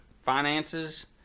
finances